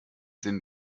sinn